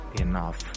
enough